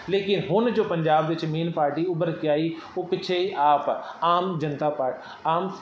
ਲੇਕਿਨ ਹੁਣ ਜੋ ਪੰਜਾਬ ਵਿੱਚ ਮੇਨ ਪਾਰਟੀ ਉੱਭਰ ਕੇ ਆਈ ਉਹ ਪਿੱਛੇ ਆਪ ਆਮ ਜਨਤਾ ਪਰ ਆਮ